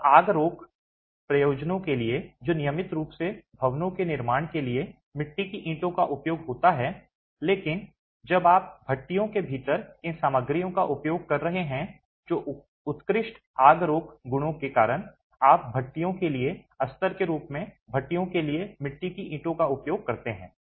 अब आग रोक प्रयोजनों के लिए जो नियमित रूप से भवनों के निर्माण के लिए मिट्टी की ईंटों का उपयोग होता है लेकिन जब आप भट्टियों के भीतर इन सामग्रियों का उपयोग कर रहे हैं तो उत्कृष्ट आग रोक गुणों के कारण आप भट्टियों के लिए अस्तर के रूप में भी भट्टियों के लिए मिट्टी की ईंटों का उपयोग करते हैं